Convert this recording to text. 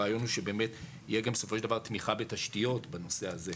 הרעיון הוא שבאמת תהיה גם בסופו של דבר תמיכה בתשתיות בנושא הזה.